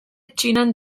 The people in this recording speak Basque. txinan